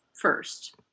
first